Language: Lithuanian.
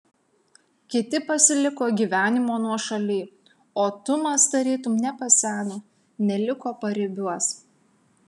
kiti pasiliko gyvenimo nuošaly o tumas tarytum nepaseno neliko paribiuos